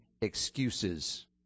excuses